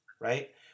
right